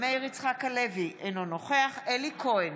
מאיר יצחק הלוי, אינו נוכח אלי כהן,